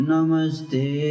Namaste